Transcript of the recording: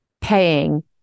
paying